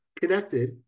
connected